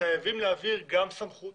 חייבים להעביר גם סמכות